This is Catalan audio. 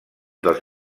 dels